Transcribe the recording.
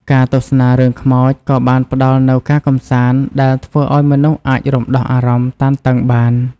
ការទស្សនារឿងខ្មោចក៏បានផ្តល់នូវការកម្សាន្តដែលធ្វើឲ្យមនុស្សអាចរំដោះអារម្មណ៍តានតឹងបាន។